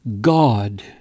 God